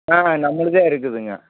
ஆ நம்மளுதே இருக்குதுங்க